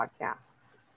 podcasts